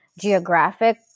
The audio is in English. geographic